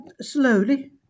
slowly